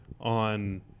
on